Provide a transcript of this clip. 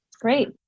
Great